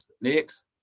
Next